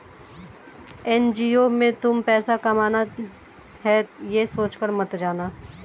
NGO में तुम पैसा कमाना है, ये सोचकर मत जाना